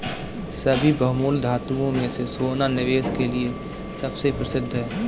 सभी बहुमूल्य धातुओं में से सोना निवेश के लिए सबसे प्रसिद्ध है